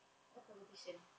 what competition